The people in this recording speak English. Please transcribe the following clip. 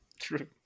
True